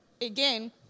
again